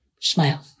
smile